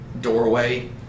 doorway